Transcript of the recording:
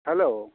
hello